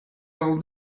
all